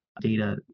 data